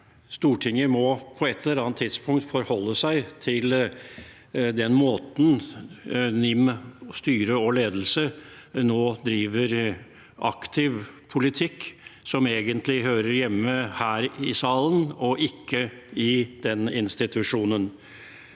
Stortinget på et eller annet tidspunkt må forholde seg til den måten NIMs styre og ledelse nå driver aktiv politikk på, noe som egentlig hører hjemme her i salen, og ikke i den institusjonen.